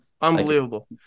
Unbelievable